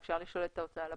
אפשר לשאול את ההוצאה לפועל.